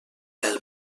pel